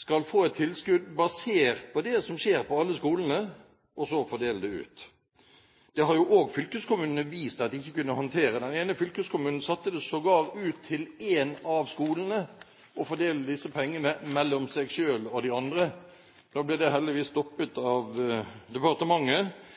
skal få et tilskudd basert på det som skjer på alle skolene – og så fordele det ut. Fylkeskommunene har også vist at de ikke kan håndtere dette. Den ene fylkeskommunen satte sågar en av skolene til å fordele disse pengene mellom seg selv og de andre. Nå ble det heldigvis stoppet av departementet.